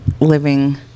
living